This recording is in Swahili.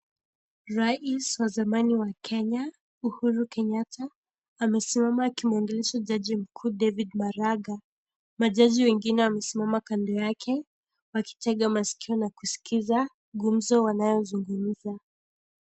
Rais wa zamani wa Kenya Uhuru Kenyatta amesimama akimwongelesha jaji mkuu David Maraga , majaji wengine wamesimama kando yake wakitega maskio na kuskia gumzo wanayo zungumza.